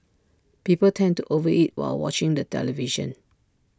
people tend to over eat while watching the television